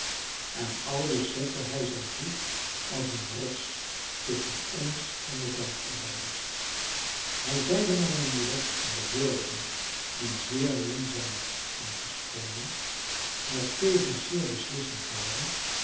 en aldus zette hij zijn voet als een rots tusschen ons en de veldarbeiders hij zeide mijne moeder in bewoordingen die zeer minzaam en verschoonend maar tevens zeer beslissend waren